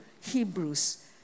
Hebrews